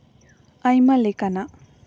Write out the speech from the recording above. ᱟᱭᱢᱟ ᱞᱮᱠᱟᱱᱟᱜ